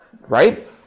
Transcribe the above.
right